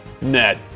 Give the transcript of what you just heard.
Net